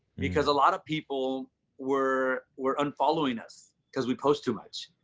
because a lot of people were were unfollowing us because we post too much.